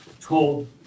told